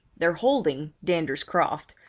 their holding, dander's croft,